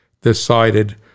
decided